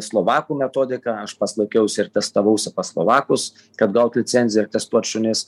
slovakų metodika aš pats laikiausi ir testavausi pas slovakus kad gaut licenziją ir testuot šunis